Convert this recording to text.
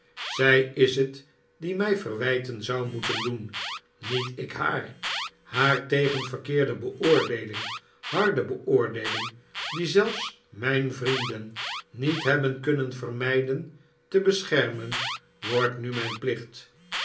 zij is het die mij verwijten zou moeten doen niet ik haar haar tegen verkeerde beoordeeling harde beoordeeling die zelfs mijn vrienden niet hebben kunnen vermijden te beschermen wordt nu mijn plicht